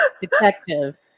detective